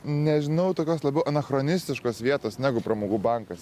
nežinau tokios labiau anachronistiškos vietos negu pramogų bankas